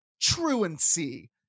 truancy